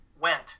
went